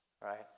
right